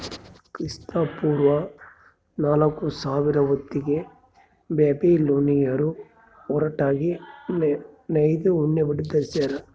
ಕ್ರಿಸ್ತಪೂರ್ವ ನಾಲ್ಕುಸಾವಿರ ಹೊತ್ತಿಗೆ ಬ್ಯಾಬಿಲೋನಿಯನ್ನರು ಹೊರಟಾಗಿ ನೇಯ್ದ ಉಣ್ಣೆಬಟ್ಟೆ ಧರಿಸ್ಯಾರ